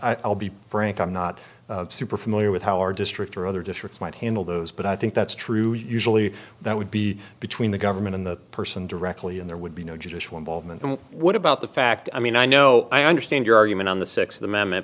although i'll be frank i'm not super familiar with how our district or other districts might handle those but i think that's true usually that would be between the government and the person directly and there would be no judicial involvement and what about the fact i mean i know i understand your argument on the sixth am